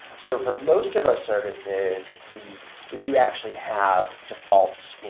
so for most of our services, we we do actually have defaults,